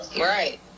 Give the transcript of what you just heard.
right